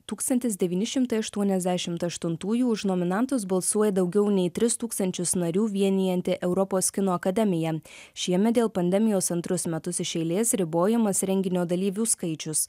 tūkstantis devyni šimtai aštuoniasdešimt aštuntųjų už nominantus balsuoja daugiau nei tris tūkstančius narių vienijanti europos kino akademija šiemet dėl pandemijos antrus metus iš eilės ribojamas renginio dalyvių skaičius